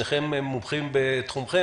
שניכם מומחים בתחומכם,